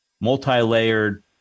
multi-layered